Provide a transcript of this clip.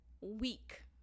week